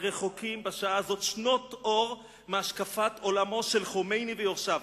רחוקים בשעה הזאת שנות אור מהשקפת עולמו של חומייני ויורשיו.